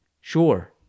sure